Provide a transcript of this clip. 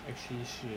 actually 是